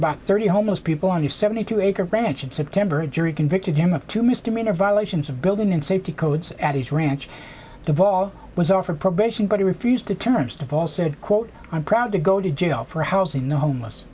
about thirty homeless people on the seventy two acre ranch in september a jury convicted him of two misdemeanor violations of building and safety codes at his ranch the ball was offered probation but he refused to terms of all said quote i'm proud to go to jail for housing the homeless